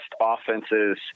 offenses